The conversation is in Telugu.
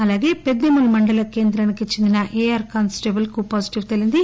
అలాగే పెద్దేముల్ మండల కేంద్రానికి చెందిన ఏఆర్ కానిస్పేబుల్ కు పాజిటివ్ తేలింది